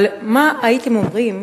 אבל מה הייתם אומרים